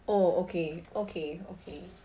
oh okay okay okay